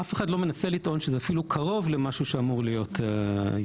אז אף אחד לא מנסה לטעון שזה אפילו קרוב למשהו שאמור להיות יעיל